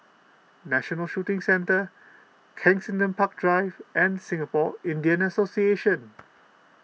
National Shooting Centre Kensington Park Drive and Singapore Indian Association